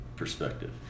perspective